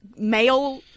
male